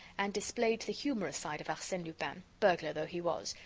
and displayed the humorous side of arsene lupin, burglar though he was,